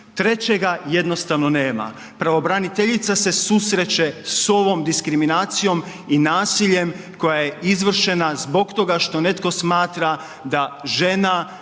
trećega jednostavno nema. Pravobraniteljica se susreće s ovom diskriminacijom i nasiljem koja je izvršena zbog toga što netko smatra da žena